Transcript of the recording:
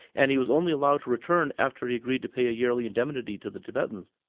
and he was only allowed to return after he agreed to pay a yearly indemnity to the tibetans.